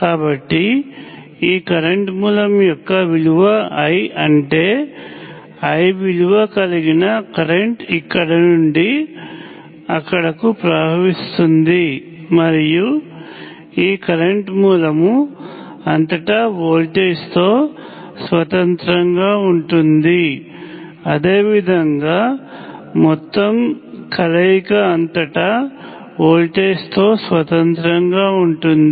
కాబట్టి ఈ కరెంట్ మూలము యొక్క విలువ I అంటే I విలువ కలిగిన కరెంట్ ఇక్కడి నుండి అక్కడకు ప్రవహిస్తుంది మరియు ఈ కరెంట్ మూలము అంతటా వోల్టేజ్ తో స్వతంత్రంగా ఉంటుంది అదేవిధంగా మొత్తం కలయిక అంతటా వోల్టేజ్ తో స్వతంత్రంగా ఉంటుంది